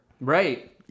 Right